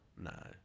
No